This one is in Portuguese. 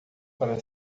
para